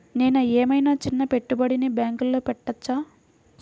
నేను ఏమయినా చిన్న పెట్టుబడిని బ్యాంక్లో పెట్టచ్చా?